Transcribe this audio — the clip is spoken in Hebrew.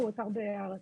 הוא אתר בהרצה.